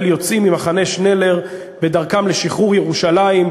יוצאים ממחנה שנלר בדרכם לשחרור ירושלים,